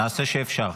נעשה שאפשר.